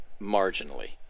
Marginally